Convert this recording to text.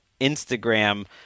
Instagram